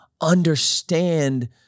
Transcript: understand